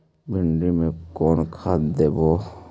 भिंडी में कोन खाद देबै?